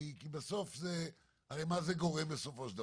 בסוף הרי למה זה גורם בסופו של דבר?